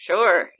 Sure